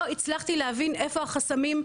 לא הצלחתי להבין איפה החסמים,